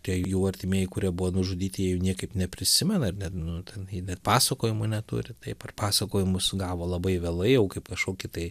tie jų artimieji kurie buvo nužudyti jų niekaip neprisimena ir net nu ten net pasakojimų neturi taip ar pasakojimus gavo labai vėlai jau kaip kažkokį tai